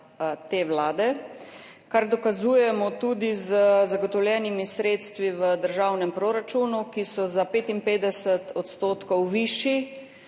te vlade, kar dokazujemo tudi z zagotovljenimi sredstvi v državnem proračunu, ki so za 55 % višja,